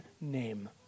name